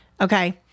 Okay